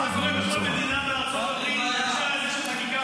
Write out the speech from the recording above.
מה קורה בכל מדינה בארצות הברית --- שיש חקיקה